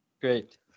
Great